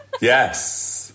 yes